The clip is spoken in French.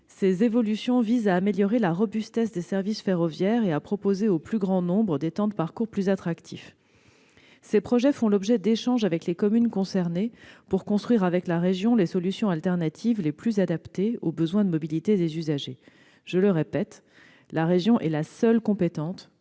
Ces évolutions visent à améliorer la robustesse des services ferroviaires et à proposer au plus grand nombre des temps de parcours plus attractifs. Ces projets font l'objet d'échanges avec les communes concernées pour construire avec la région les solutions alternatives les plus adaptées aux besoins de mobilité des usagers. Je le répète, la région est la seule compétente